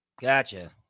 Gotcha